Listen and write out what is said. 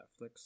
Netflix